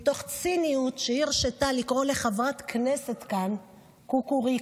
מתוך ציניות שהיא הרשתה לקרוא לחברת כנסת כאן "קוקוריקו".